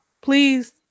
Please